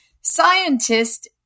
scientists